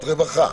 הרווחה.